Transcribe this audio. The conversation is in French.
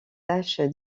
tâche